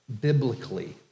biblically